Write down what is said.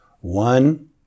one